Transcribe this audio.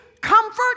comfort